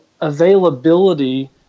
availability